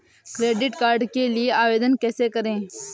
Credit card के लिए आवेदन कैसे करें?